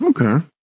Okay